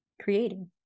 creating